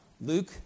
Luke